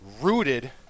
rooted